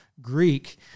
Greek